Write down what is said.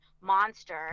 monster